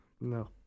No